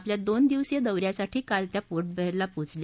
आपल्या दोन दिवसीय दौ यासाठी काल त्या पोर्ट ब्लेअरला पोहोचल्या